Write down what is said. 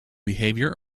behavior